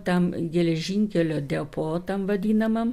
tam geležinkelio depotam vadinamam